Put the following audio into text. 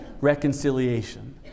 reconciliation